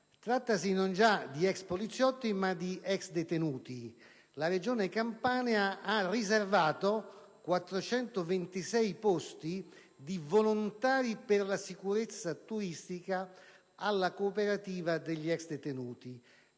Trattasi, non già di ex poliziotti, ma di ex detenuti. La Regione Campania ha riservato 426 posti di volontario per la sicurezza turistica alla cooperativa degli ex detenuti.